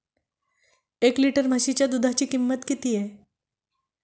एक लिटर म्हशीच्या दुधाची किंमत किती आहे?